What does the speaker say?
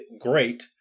great